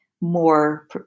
more